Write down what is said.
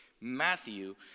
Matthew